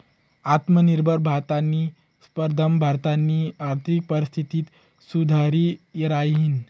आत्मनिर्भर भारतनी स्पर्धामा भारतनी आर्थिक परिस्थिती सुधरि रायनी